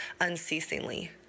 unceasingly